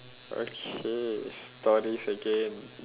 okay stories again